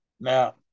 Now